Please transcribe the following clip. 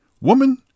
Woman